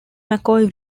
mccoy